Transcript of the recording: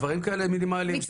דברים מינימליים כאלה שאפשר לסדר.